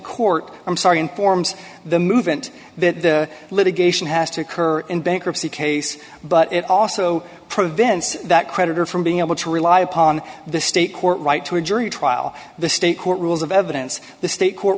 court i'm sorry informs the movement that litigation has to occur in bankruptcy case but it also prevents that creditor from being able to rely upon the state court right to a jury trial the state court rules of evidence the state court